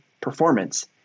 performance